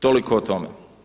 Toliko o tome.